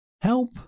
help